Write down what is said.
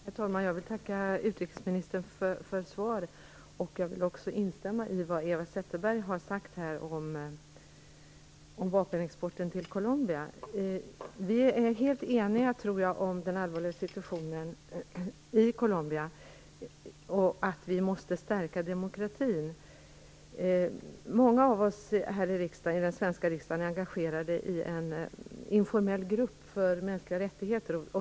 Herr talman! Jag vill tacka utrikesministern för svaret. Jag vill också instämma i vad Eva Zetterberg sade om vapenexporten till Colombia. Jag tror att vi är helt eniga om att situtionen i Colombia är allvarlig och att vi måste stärka demokratin. Många av oss här i den svenska riksdagen är engagerade i en informell grupp för mänskliga rättigheter.